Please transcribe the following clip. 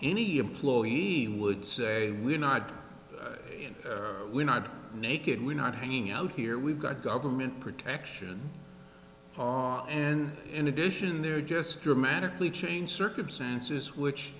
any employee would say we're not we're not naked we're not hanging out here we've got government protection and in addition they're just dramatically changed circumstances which